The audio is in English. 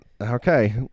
Okay